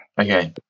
okay